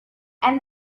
and